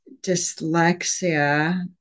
dyslexia